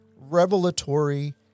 revelatory